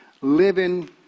living